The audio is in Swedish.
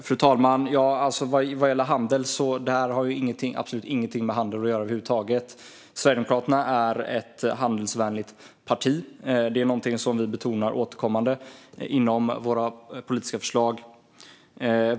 Fru talman! Detta har absolut ingenting med handel att göra över huvud taget. Sverigedemokraterna är ett handelsvänligt parti. Det är någonting som vi återkommande betonar i våra politiska förslag.